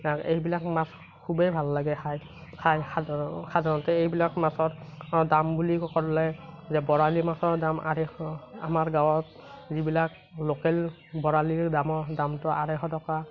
এইবিলাক মাছ খুবেই ভাল লাগে খাই সাধা সাধাৰণতে এইবিলাক মাছৰ দাম বুলি ক'লে যে বৰালি মাছৰ দাম আঢ়ৈশ আমাৰ গাঁৱত যিবিলাক লোকেল বৰালিৰ দামো দামটো আঢ়ৈশ টকা